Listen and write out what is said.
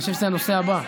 אני חושב שזה הנושא הבא.